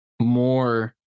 more